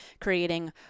creating